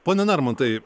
pone narmontai